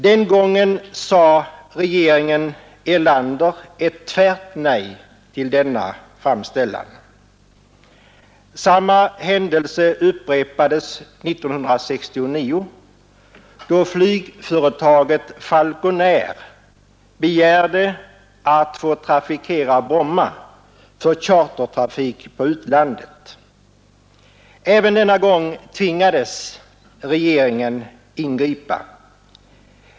Den gången sade regeringen Erlander ett tvärt nej till framställningen. Samma händelse upprepades 1969 då flygföretaget Falconair begärde att få trafikera Bromma för chartertrafik på utlandet. Även denna gång tvingades regeringen ingripa.